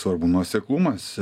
svarbu nuoseklumas